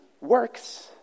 works